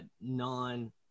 non